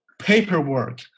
paperwork